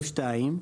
סעיף 2,